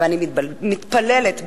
ואני מתפללת,